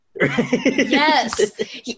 Yes